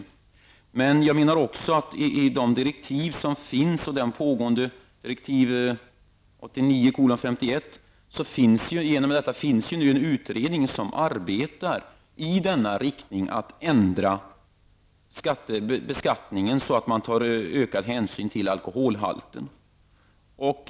Men jag menar också att i och med direktiven 1989:51 arbetar en utredning i riktning mot att ändra beskattningen så att man tar ökad hänsyn till alkoholhalten.